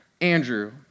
Andrew